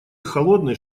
холодный